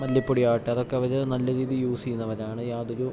മല്ലിപ്പൊടിയാട്ടെ അതൊക്ക അവര് നല്ല രീതിയിൽ യൂസ് ചെയ്യുന്നവരാണ് യാതൊരു